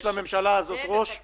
יש לממשלה הזאת ראש - לב אין לה.